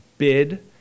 bid